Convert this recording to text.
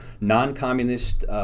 non-communist